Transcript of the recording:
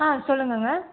ஆ சொல்லுங்கங்க